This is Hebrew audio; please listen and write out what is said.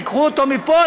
תיקחו אותו מפה,